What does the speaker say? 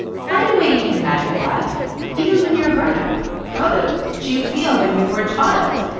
find a way to keep the magic alive even when you're a grownup how did you feel when you were a child?